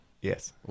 Yes